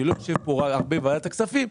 אני לא יושב הרבה רק בוועדת הכספים,